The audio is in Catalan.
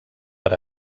per